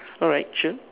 alright sure